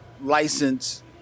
license